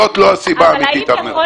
האם ייתכן